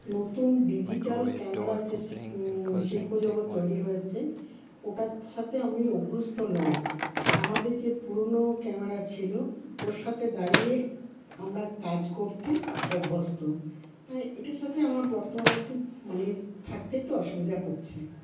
নতুন digital camera যে শ শিল্প জগৎ তৈরি হয়েছে ওটার সাথে আমি অভ্যস্থ নই আমাদের যে পুরোনো ক্যামেরা ছিল ওর সাথে দাঁড়িয়ে আমরা কাজ করতে অভ্যস্থ তাই এটার সাথে আমার বর্তমানে একটু মানে থাকতে একটু অসুবিধা হচ্ছে